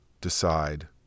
decide